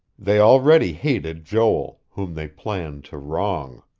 they already hated joel, whom they planned to wrong.